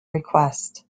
request